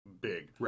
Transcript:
big